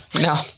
No